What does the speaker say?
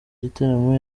gitaramo